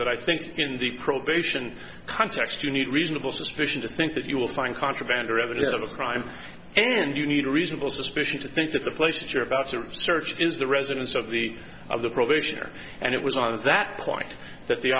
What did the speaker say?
that i think in the probation context you need reasonable suspicion to think that you will find contraband or evidence of a crime and you need reasonable suspicion to think that the place that you're about to research is the residence of the of the probation and it was on that point that the